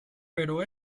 pero